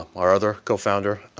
our other co-founder,